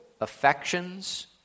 affections